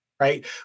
Right